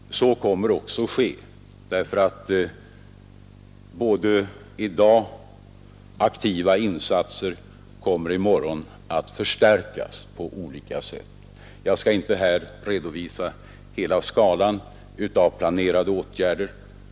Så kommer också att ske. De aktiva insatser som görs kommer att förstärkas på olika sätt. Jag skall inte här redovisa hela skalan av planerade åtgärder.